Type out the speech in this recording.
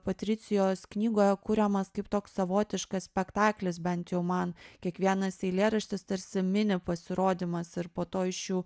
patricijos knygoje kuriamas kaip toks savotiškas spektaklis bent jau man kiekvienas eilėraštis tarsi mini pasirodymas ir po to iš jų